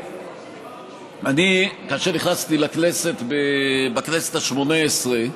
כאשר נכנסתי לכנסת בכנסת ה-18,